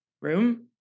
room